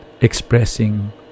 expressing